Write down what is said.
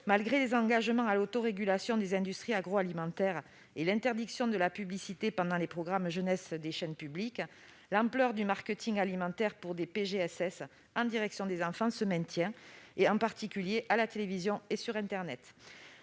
Malgré les engagements à l'autorégulation des industries agroalimentaires et l'interdiction de la publicité pendant les programmes jeunesse des chaînes publiques, l'ampleur du marketing alimentaire pour des PGSS en direction des enfants se maintient, en particulier à la télévision et sur internet.